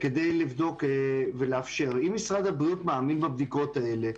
כדי לבדוק ולאפשר אם משרד הבריאות מאמין בבדיקות האלה,